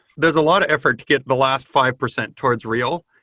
there's a lot of effort to get the last five percent towards real,